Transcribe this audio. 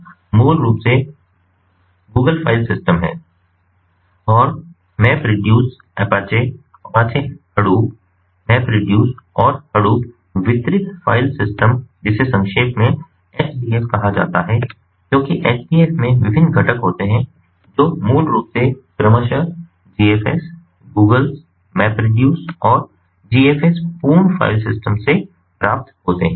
GFS मूल रूप से Google फ़ाइल सिस्टम है और MapReduce apache Apache Hadoops MapReduce और Hadoop वितरित फ़ाइल सिस्टम जिसे संक्षेप में HDF कहा जाता है क्योंकि HDFs में विभिन्न घटक होते हैं जो मूल रूप से क्रमशः GFS Googles MapReduce और GFS पूर्ण फ़ाइल सिस्टम से प्राप्त होते हैं